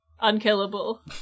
Unkillable